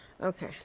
Okay